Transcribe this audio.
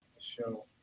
show